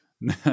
No